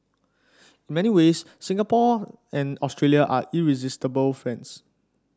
in many ways Singapore and Australia are irresistible friends